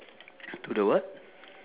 to the what